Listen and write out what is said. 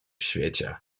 świecie